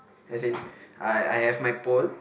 as in I I have my pole